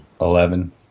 eleven